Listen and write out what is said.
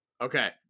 Okay